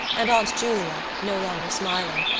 and aunt julia, no longer smiling,